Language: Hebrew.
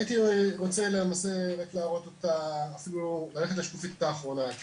הייתי רוצה רק להראות את השקופית האחרונה אפילו,